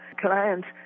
clients